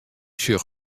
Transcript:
sjoch